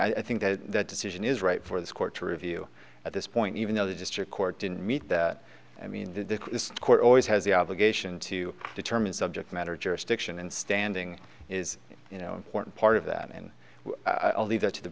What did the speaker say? i think that that decision is right for the court to review at this point even though the district court didn't meet that i mean the court always has the obligation to determine subject matter jurisdiction and standing is you know point part of that in i'll leave that to the